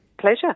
Pleasure